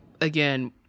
again